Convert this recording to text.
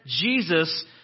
Jesus